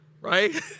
right